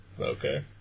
Okay